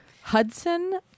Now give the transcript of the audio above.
Hudson